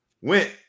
went